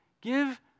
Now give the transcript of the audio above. give